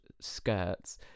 skirts